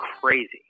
crazy